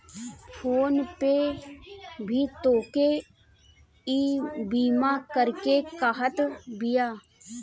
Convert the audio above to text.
phone पे भी तोहके ईबीमा करेके कहत बिया